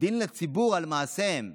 דין לציבור על מעשינו.